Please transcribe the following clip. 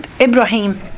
Ibrahim